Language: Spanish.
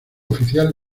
oficial